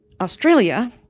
Australia